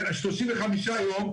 35 ימים,